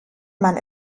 man